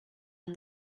and